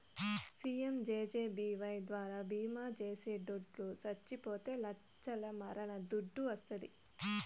PMJJBY ద్వారా బీమా చేసిటోట్లు సచ్చిపోతే లచ్చల మరణ దుడ్డు వస్తాది